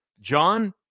John